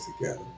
together